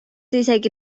isegi